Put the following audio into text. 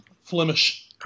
Flemish